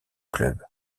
club